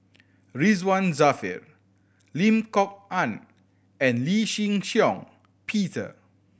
Ridzwan Dzafir Lim Kok Ann and Lee Shih Shiong Peter